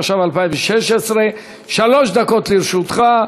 התשע"ו 2016. שלוש דקות לרשותך.